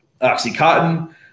Oxycotton